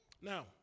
Now